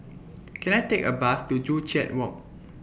Can I Take A Bus to Joo Chiat Walk